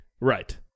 Right